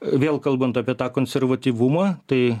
vėl kalbant apie tą konservatyvumą tai